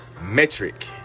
metric